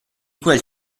quel